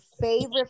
favorite